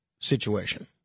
situation